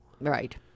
Right